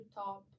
top